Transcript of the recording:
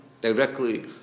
directly